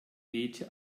wehte